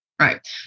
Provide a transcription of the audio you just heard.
Right